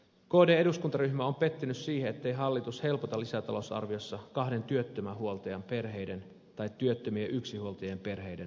kdn eduskuntaryhmä on pettynyt siihen ettei hallitus helpota lisätalousarviossa kahden työttömän huoltajan perheiden tai työttömien yksinhuoltajien perheiden tilannetta